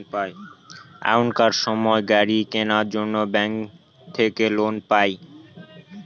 এখনকার সময় গাড়ি কেনার জন্য ব্যাঙ্ক থাকে লোন পাই